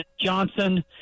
Johnson